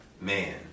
man